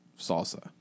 salsa